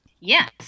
Yes